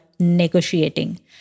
Negotiating